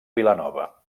vilanova